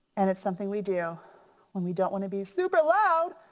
and it's something we do when we don't wanna be super loud.